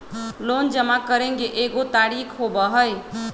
Loan जमा करेंगे एगो तारीक होबहई?